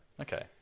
Okay